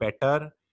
better